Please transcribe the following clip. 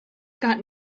got